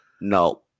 no